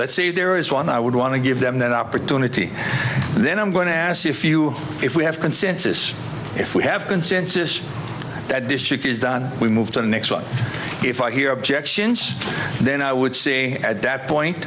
let's say there is one i would want to give them that opportunity and then i'm going to ask if you if we have consensus if we have consensus that district is done we move to the next one if i hear objections then i would say at that point